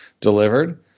delivered